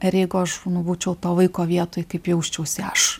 ir jeigu aš nu būčiau to vaiko vietoj kaip jausčiausi aš